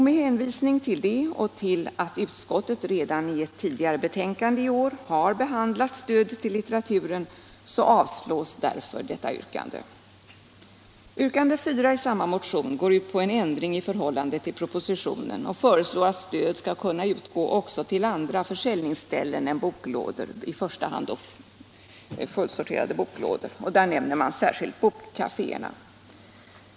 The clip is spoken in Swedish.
Med hänvisning till detta och till att utskottet redan i ett tidigare betänkande i vår har behandlat stödet till litteraturen avstyrks yrkandena 2 och 3. Yrkandet 4 i samma motion går ut på en ändring i förhållande till propositionen. Man föreslår att stöd skall kunna utgå till andra försäljningsställen än boklådor och nämner särskilt bokkaféerna.